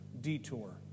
detour